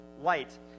light